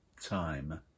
time